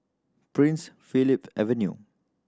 Prince Philip Avenue